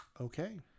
okay